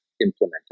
implemented